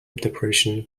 depression